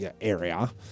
area